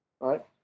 right